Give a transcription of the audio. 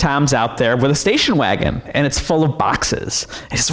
tom's out there with a station wagon and it's full of boxes